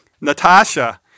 Natasha